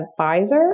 advisor